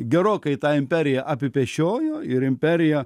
gerokai tą imperiją apipešiojo ir imperija